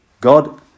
God